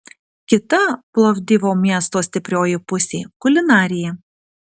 kita plovdivo miesto stiprioji pusė kulinarija